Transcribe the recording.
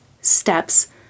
steps